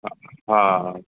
हा